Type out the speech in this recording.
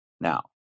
Now